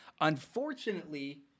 Unfortunately